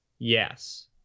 Yes